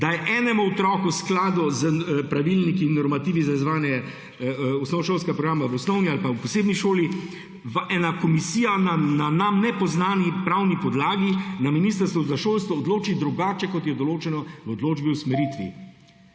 da enemu otroku v skladu s pravilniki in normativi za izvajanje osnovnošolskega programa v osnovni ali pa posebni šoli ena komisija na nam nepoznani pravni podlagi na ministrstvu za šolstvo odloči drugače, kot je določeno v odločbi o usmeritvi?